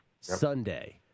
Sunday